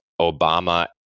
Obama